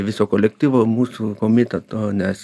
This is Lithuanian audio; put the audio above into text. viso kolektyvo mūsų komiteto nes